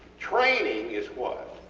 training is what?